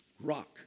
rock